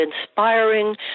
inspiring